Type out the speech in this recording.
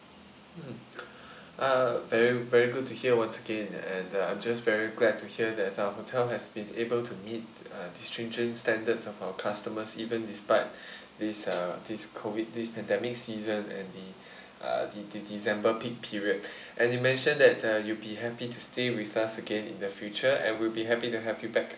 uh very very good to hear once again and uh just very glad to hear that our hotel has been able to meet uh stringent standards of our customers even despite this uh this COVID this pandemic season and the uh the the december peak period and you mention that uh you will be happy to stay with us again in the future and we'll be happy to have you back